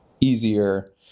easier